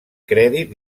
crèdit